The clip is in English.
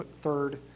third